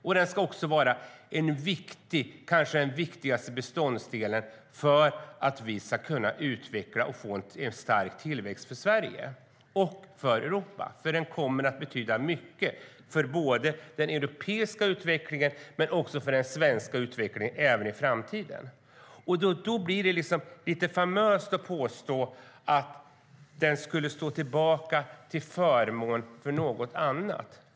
Industrin ska också vara en viktig - kanske den viktigaste - beståndsdelen för att vi ska kunna utveckla och få en stark tillväxt för Sverige och för Europa. Den kommer att betyda mycket för både den europeiska utvecklingen och den svenska utvecklingen även i framtiden. Då blir det lite famöst att påstå att den skulle stå tillbaka till förmån för något annat.